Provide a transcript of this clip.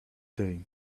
day